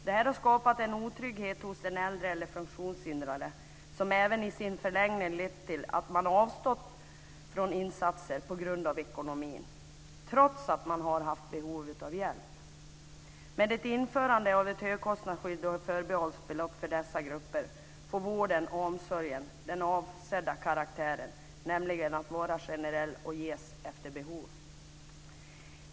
Detta har skapat en otrygghet hos den äldre eller funktionshindrade, vilket i sin förlängning även lett till att man avstått från insatser på grund av ekonomin, trots att man har haft behov av hjälp. Med ett införande av ett högkostnadsskydd och ett förbehållsbelopp för dessa grupper får vården och omsorgen den avsedda karaktären, nämligen att vara generell och ges efter behov.